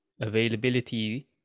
availability